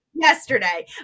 Yesterday